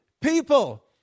People